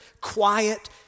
quiet